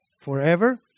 forever